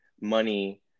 money